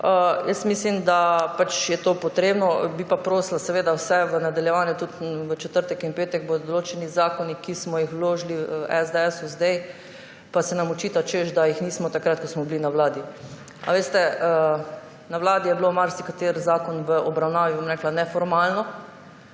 Mislim, da je pač to potrebno. Bi pa prosila vse v nadaljevanju, tudi v četrtek in petek bodo določeni zakoni, ki smo jih vložili v SDS zdaj, pa se nam očita, češ da jih nismo takrat, ko smo bili na Vladi – veste, na Vladi je bil marsikateri zakon v obravnavi, bom rekla, neformalno